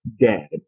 dead